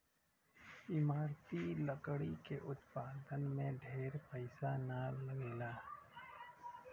इमारती लकड़ी के उत्पादन में ढेर पईसा ना लगेला